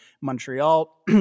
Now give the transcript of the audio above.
Montreal